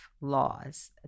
laws